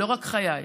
לא רק חיי,